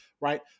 right